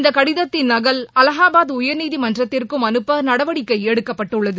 இந்தகடிதத்தின் நகல் அலகாபாத் உயர்நீதிமன்றத்திற்கும் அனுப்பநடவடிக்கைஎடுக்கப்பட்டுள்ளது